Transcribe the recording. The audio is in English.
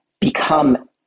become